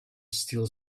still